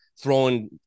throwing